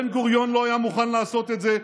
בן-גוריון לא היה מוכן לעשות את זה,